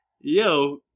Yo